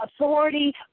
authority